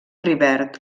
rivert